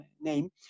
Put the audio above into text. name